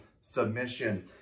submission